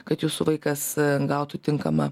kad jūsų vaikas gautų tinkamą